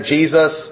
Jesus